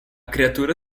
criatura